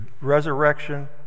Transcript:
resurrection